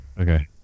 Okay